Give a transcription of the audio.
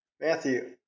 Matthew